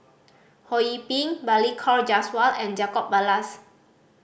Ho Yee Ping Balli Kaur Jaswal and Jacob Ballas